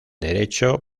derecho